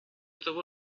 того